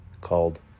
called